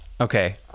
Okay